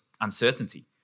uncertainty